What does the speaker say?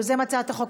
יוזם הצעת החוק,